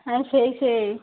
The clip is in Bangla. হ্যাঁ সেই সেই